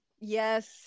Yes